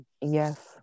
Yes